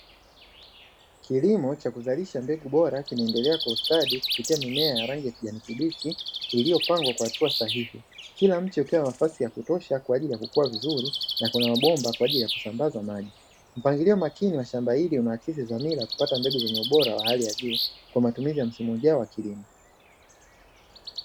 Kilimo cha kuzalisha mbegu bora kinaendelea kwa ustadi kupitia mimea ya rangi ya kijani kibichi iliyopangwa kwa hatua sahihi, kila mche ukiwa na nafasi ya kutosha kwa ajili ya kukua vizuri na kuna mabomba kwa ajili ya kusambaza maji. Mpangilio makini wa shamba hili unaakisi dhamira ya kupata mbegu zenye ubora wa hali ya juu kwa matumizi ya msimu ujao wa kilimo.